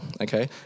okay